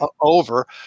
over